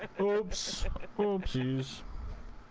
pope's coaches